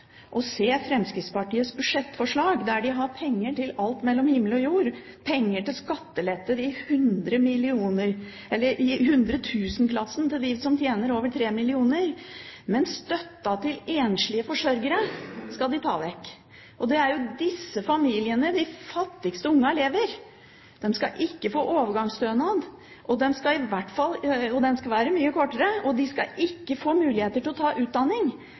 å se Fremskrittspartiets budsjettforslag, der de har penger til alt mellom himmel og jord og penger til skattelette i hundretusenkronersklassen til dem som tjener over 3 mill. kr. Men støtten til enslige forsørgere skal de ta vekk. Det er jo i disse familiene de fattigste ungene lever. De skal få overgangsstønad mye kortere tid, og de skal ikke få muligheter til å ta utdanning